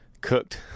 cooked